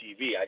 TV